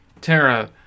Terra